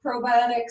probiotics